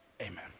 Amen